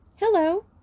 Hello